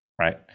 Right